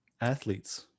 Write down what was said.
athletes